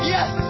Yes